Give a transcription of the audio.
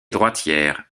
droitière